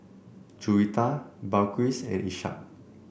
Juwita Balqis and Ishak